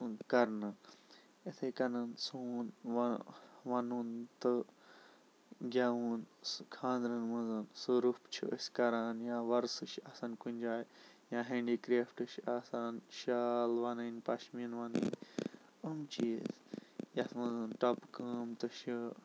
کَرنہٕ یِتھَے کٔنۍ سون وَن وُن تہٕ گیٚوُن سُہٕ خانٛدرَن منٛز سُہ روٚف چھِ أسۍ کَران یا وَرسہٕ چھِ آسان کُنہِ جایہِ یا ہینٛڈیکرافٹ چھِ آسان شال وونٕنۍ پَشمین وونٕنۍ یِم چیز یِتھ منٛز ٹۄپہٕ کٲم تہٕ چھِ